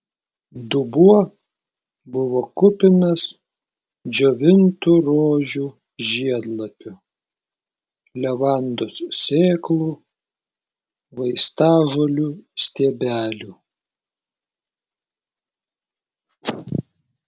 dubuo buvo kupinas džiovintų rožių žiedlapių levandos sėklų vaistažolių stiebelių